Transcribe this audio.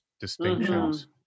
distinctions